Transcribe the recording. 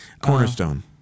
cornerstone